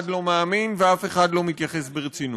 לא מאמין ואף אחד לא מתייחס ברצינות.